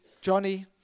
Johnny